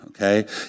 Okay